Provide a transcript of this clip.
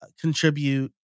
contribute